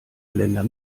länder